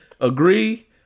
Agree